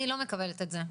אני לא מקבלת את זה,